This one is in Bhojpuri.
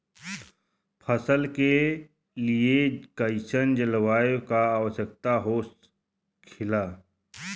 फसल के लिए कईसन जलवायु का आवश्यकता हो खेला?